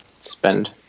spend